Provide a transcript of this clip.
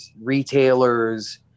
retailers